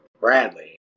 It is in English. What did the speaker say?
bradley